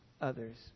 others